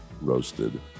roasted